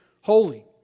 holy